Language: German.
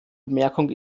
bemerkung